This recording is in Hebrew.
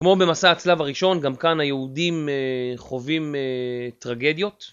כמו במסע הצלב הראשון, גם כאן היהודים חווים טרגדיות.